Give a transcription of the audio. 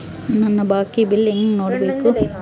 ನನ್ನ ಬಾಕಿ ಬಿಲ್ ಹೆಂಗ ನೋಡ್ಬೇಕು?